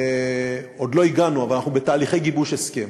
עוד לא הגענו אבל אנחנו בתהליכי גיבוש הסכם